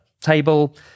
table